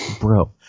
Bro